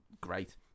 great